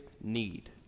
need